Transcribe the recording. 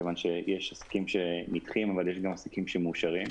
כיוון שיש עסקים שנדחים אבל יש גם עסקים שמאושרים.